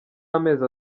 amezi